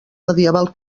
medieval